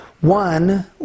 One